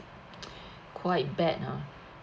quite bad ah